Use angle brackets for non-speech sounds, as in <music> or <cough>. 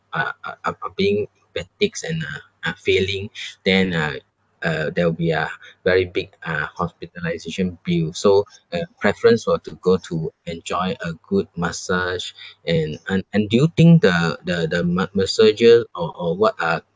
are are are being fatigues and uh uh failing <breath> then uh uh there will be a very big uh hospitalisation bills so uh preference will to go to enjoy a good massage and and and do you think the the the ma~ massager or or what are